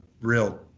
real